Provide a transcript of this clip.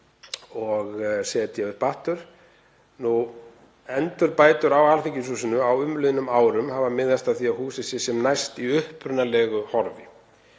og setja upp aftur. Endurbætur á Alþingishúsinu á umliðnum árum hafa miðast að því að húsið sé sem næst upprunalegu horfi